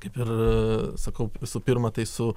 kaip ir sakau visų pirma tai su